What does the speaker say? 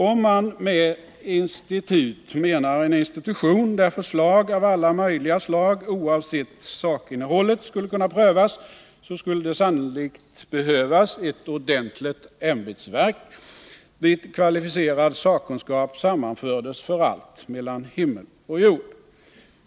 Om man med institut menar en institution där förslag av alla möjliga slag oavsett sakinnehållet skulle kunna prövas, skulle det sannerligen behövas ett ordentligt ämbetsverk dit kvalificerad sakkunskap sammanfördes för allt mellan himmel och jord.